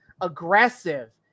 aggressive